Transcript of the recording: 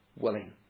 willing